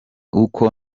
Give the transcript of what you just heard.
uko